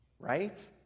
right